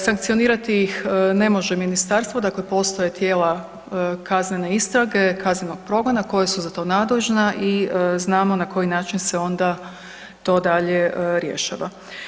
Sankcionirati ih ne može ministarstvo dakle postoje tijela kaznene istrage, kaznenog progona koja su za to nadležna i znamo na koji način se onda to dalje rješava.